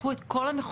לקחו את כל המחוזות.